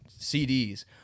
cds